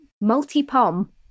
multi-pom